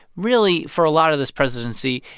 really, for a lot of this presidency,